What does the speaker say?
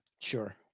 sure